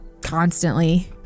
constantly